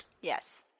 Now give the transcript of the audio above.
Yes